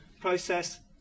process